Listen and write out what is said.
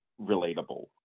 relatable